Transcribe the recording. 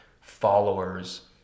followers